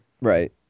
Right